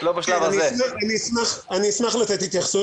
אני אשמח לתת התייחסות